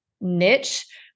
niche